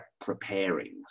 preparing